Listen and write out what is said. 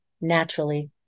naturally